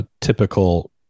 typical